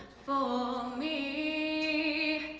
for me